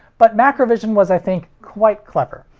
but macrovision was i think quite clever.